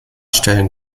stellen